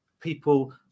people